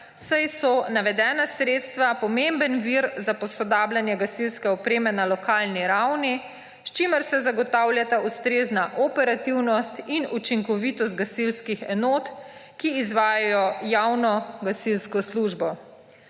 saj so navedena sredstva pomemben vir za posodabljanje gasilske opreme na lokalni ravni, s čimer se zagotavljata ustrezna operativnost in učinkovitost gasilskih enot, ki izvajajo javno gasilsko službo.